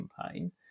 campaign